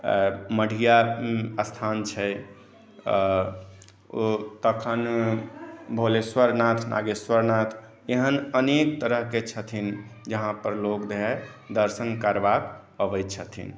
मढ़िया स्थान छै ओ तखन भोलेश्वर नाथ नागेश्वर नाथ एहन अनेक तरह के छथिन जहाँपर लोग जे हए दर्शन करबाक अबै छथिन